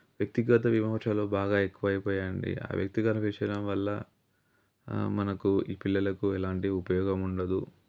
వ్యక్తిగత విమర్శలు బాగా ఎక్కువ అయిపోయాయి అండి ఆ వ్యక్తిగత విషయాల వల్ల మనకు ఈ పిల్లలకు ఎలాంటి ఉపయోగం ఉండదు